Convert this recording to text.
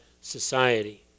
society